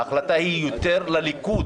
ההחלטה היא יותר של הליכוד,